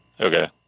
Okay